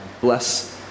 Bless